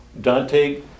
Dante